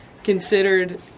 considered